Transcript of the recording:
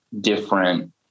different